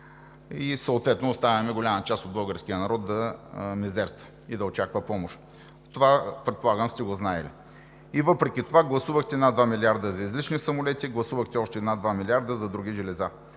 и съответно оставяме голяма част от българския народ да мизерства и да очаква помощ. Това, предполагам, сте го знаели. И въпреки това гласувахте над 2 млрд. лв. за излишни самолети. Гласувахте още над 2 млрд. лв. за други железа.